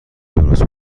درست